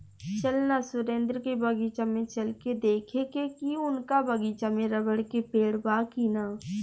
चल ना सुरेंद्र के बगीचा में चल के देखेके की उनका बगीचा में रबड़ के पेड़ बा की ना